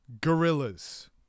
Gorillas